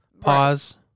Pause